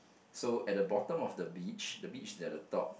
so at the bottom of the beach the beach at the top